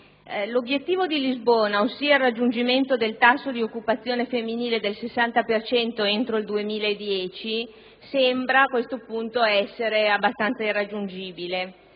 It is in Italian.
L'obiettivo di Lisbona, ossia il raggiungimento del tasso di occupazione femminile del 60 per cento entro il 2010, sembra, a questo punto, abbastanza irraggiungibile.